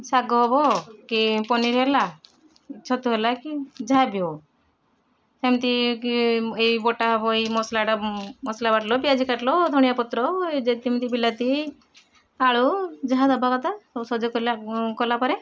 ଶାଗ ହବ କି ପନିର ହେଲା ଛତୁ ହେଲା କି ଯାହା ବି ହଉ ସେମିତି କି ଏଇ ବଟା ହବ ଏଇ ମସଲାଟା ମସଲା ବାଟିଲ ପିଆଜି କାଟିଲ ଧନିଆ ପତ୍ର ଏ ଯେ କେମିତି ବିଲାତି ଆଳୁ ଯାହା ଦବା କଥା ସବୁ ସଜ କଲା ପରେ